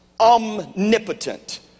omnipotent